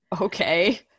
okay